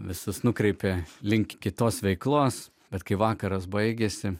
visus nukreipė link kitos veiklos bet kai vakaras baigėsi